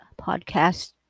podcast